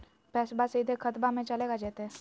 पैसाबा सीधे खतबा मे चलेगा जयते?